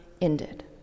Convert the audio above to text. ended